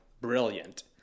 brilliant